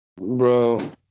bro